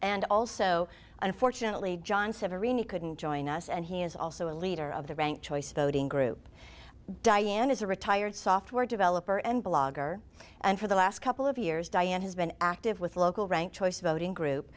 and also unfortunately john's have a really couldn't join us and he is also a leader of the rank choice voting group diane is a retired software developer and blogger and for the last couple of years diane has been active with local rank choice voting group